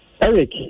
Eric